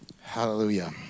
Hallelujah